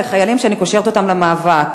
אלה חיילים שאני קושרת אותם למאבק,